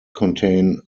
contain